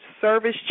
service